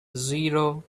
zero